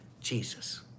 jesus